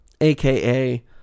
aka